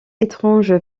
étrange